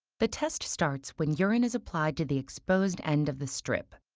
the test starts when urine is applied to the exposed end of the strip.